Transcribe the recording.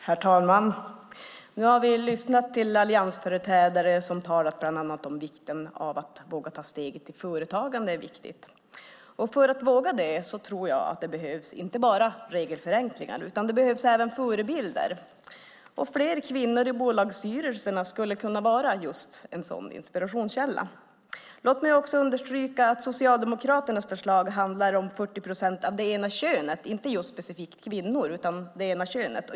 Herr talman! Nu har vi lyssnat till alliansföreträdare som talat bland annat om att det är viktigt att våga ta steget till företagande. För att våga det tror jag att det behövs inte bara regelförenklingar utan även förebilder. Fler kvinnor i bolagsstyrelserna skulle kunna vara just en sådan inspirationskälla. Låt mig också understryka att Socialdemokraternas förslag handlar om att 40 procent av det ena könet och inte just specifikt kvinnor.